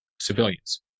civilians